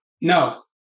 No